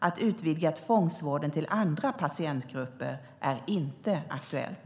Att utvidga tvångsvården till andra patientgrupper är inte aktuellt.